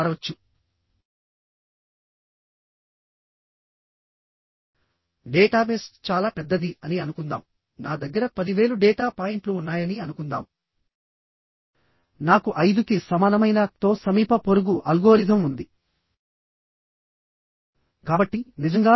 అంటే ఏ సెక్షన్ నుండి అయితే అది పాస్ అవుతుందో దానికి అనుగుణంగా నంబర్ ఆఫ్ బోల్ట్ హోల్స్ ని కనుక్కోవాలి